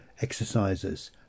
exercises